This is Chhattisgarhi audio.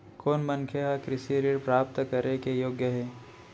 कोन मनखे ह कृषि ऋण प्राप्त करे के योग्य हे?